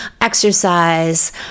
exercise